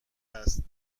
هست